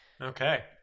Okay